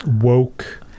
woke